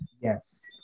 Yes